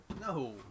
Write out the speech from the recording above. No